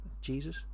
Jesus